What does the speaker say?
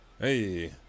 Hey